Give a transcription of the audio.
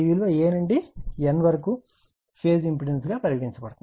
ఈ విలువ A నుండి N వరకు ఫేజ్ ఇంపెడెన్స్ గా పరిగణించబడుతుంది